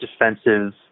defensive